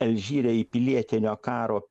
alžyre į pilietinio karo